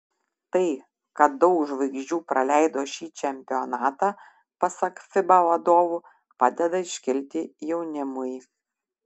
tai kad daug žvaigždžių praleido šį čempionatą pasak fiba vadovų padeda iškilti jaunimui